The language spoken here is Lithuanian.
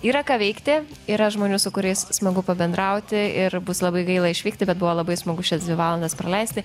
yra ką veikti yra žmonių su kuriais smagu pabendrauti ir bus labai gaila išvykti bet buvo labai smagu šias dvi valandas praleisti